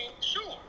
Sure